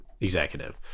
executive